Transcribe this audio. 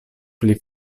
pli